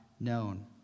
known